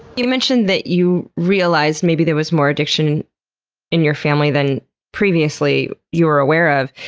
you mentioned that you realized maybe there was more addiction in your family than previously you were aware of.